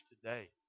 today